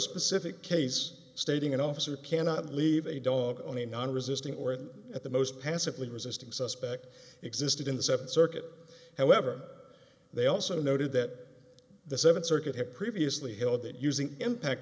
specific case stating an officer cannot leave a dog on a non resisting or at the most passively resisting suspect existed in the seventh circuit however they also noted that the seventh circuit had previously held that using impact